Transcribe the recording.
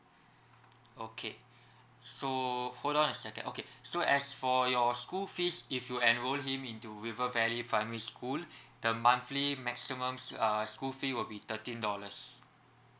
okay so hold on a second okay so as for your school fees if you enroll him into river valley primary school the monthly maximum s~ uh school fee will be thirteen dollars